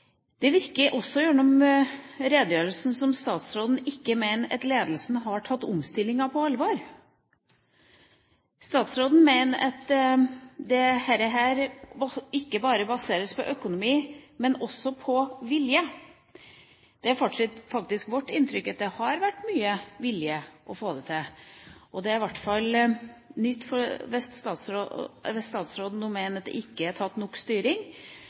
Det virker også gjennom redegjørelsen som om statsråden ikke mener at ledelsen har tatt omstillinga på alvor. Statsråden mener at dette ikke bare baseres på økonomi, men også på vilje. Det er faktisk vårt inntrykk at det har vært mye vilje for å få det til, og det er i hvert fall nytt hvis statsråden nå mener at det ikke er tatt nok styring.